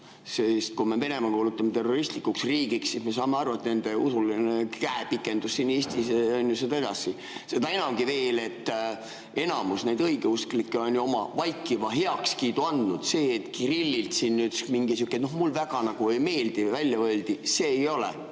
Kui me Venemaa kuulutame terroristlikuks riigiks, siis me saame aru, et nende usuline käepikendus siin Eestis on ju seda edasi. Seda enam, et enamik neist õigeusklikest on ju oma vaikiva heakskiidu andnud. See, et Kirill siin ütles midagi, no et mulle väga nagu ei meeldi, et see välja öeldi, ei ole